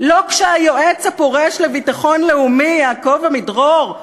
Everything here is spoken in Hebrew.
לא כשהיועץ הפורש לביטחון לאומי, יעקב עמידרור,